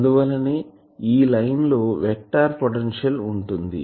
అందువలనే ఈ లైన్ లో వెక్టార్ పొటెన్షియల్ ఉంటుంది